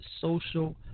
social